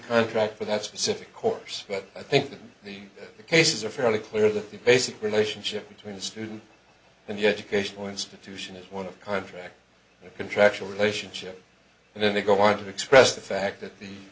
contract for that specific course but i think that the cases are fairly clear that the basic relationship between the student and yet occasional institution is one of contract contractual relationships and then they go on to express the fact that the